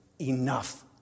enough